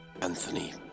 Anthony